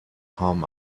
home